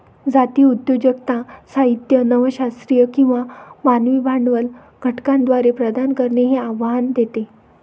जातीय उद्योजकता साहित्य नव शास्त्रीय किंवा मानवी भांडवल घटकांद्वारे प्रदान करणे हे आव्हान देते